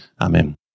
Amen